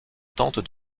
tente